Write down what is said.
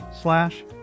slash